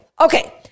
Okay